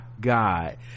god